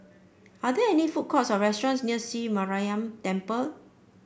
are there food courts or restaurants near Sri Mariamman Temple